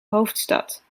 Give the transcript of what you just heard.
hoofdstad